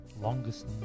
longest